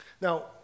Now